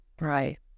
Right